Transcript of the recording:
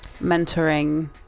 mentoring